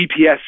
GPS